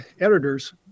editors